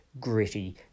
gritty